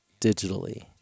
digitally